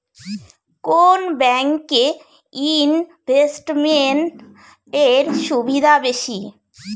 কোন ব্যাংক এ ইনভেস্টমেন্ট এর সুবিধা বেশি?